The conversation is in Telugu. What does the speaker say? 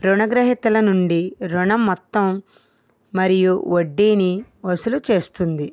రుణ గ్రహీతల నుండి రుణం మొత్తం మరియు వడ్డీని వసూలు చేస్తుంది